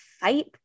fight